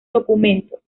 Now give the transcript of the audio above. documentos